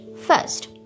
First